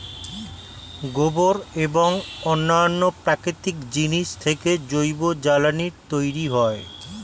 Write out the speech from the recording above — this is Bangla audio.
গোবর এবং অন্যান্য প্রাকৃতিক জিনিস থেকে জৈব জ্বালানি তৈরি হয়